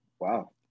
Wow